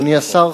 אדוני השר,